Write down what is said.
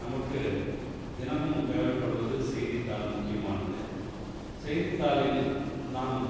நமக்கு தினமும் தேவைப்படுவது செய்தித்தாள் முக்கியமானது செய்தித்தாளில் நாம்